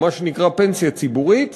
או מה שנקרא פנסיה ציבורית,